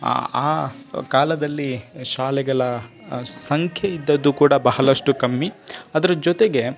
ಆ ಆ ಕಾಲದಲ್ಲಿ ಶಾಲೆಗಳ ಸಂಖ್ಯೆ ಇದ್ದದ್ದು ಕೂಡ ಬಹಳಷ್ಟು ಕಮ್ಮಿ ಅದರ ಜೊತೆಗೆ